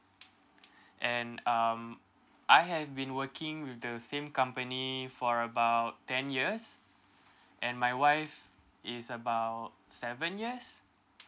and um I have been working with the same company for about ten years and my wife is about seven years